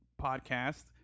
podcast